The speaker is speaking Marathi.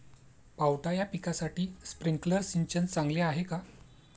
पावटा या पिकासाठी स्प्रिंकलर सिंचन चांगले आहे का?